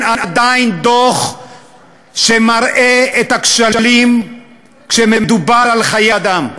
עדיין דוח שמראה את הכשלים כשמדובר על חיי אדם.